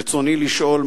רצוני לשאול: